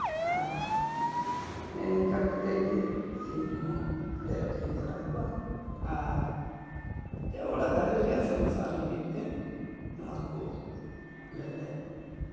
ᱟᱨ ᱱᱮᱜᱼᱮ ᱱᱤᱱᱠᱟᱹ ᱠᱟᱛᱮᱫ ᱜᱮ ᱥᱤᱢ ᱦᱚᱸ ᱞᱮ ᱟᱹᱠᱷᱨᱤᱧ ᱵᱟᱲᱟ ᱠᱚᱣᱟ ᱟᱨ ᱮᱱᱛᱮᱫ ᱚᱲᱟᱜ ᱜᱷᱟᱸᱨᱚᱡ ᱨᱮᱭᱟᱜ ᱥᱚᱝᱥᱟᱨ ᱞᱟᱹᱜᱤᱫ ᱛᱮ ᱱᱚᱣᱟ ᱠᱚ ᱟᱞᱮ ᱞᱮ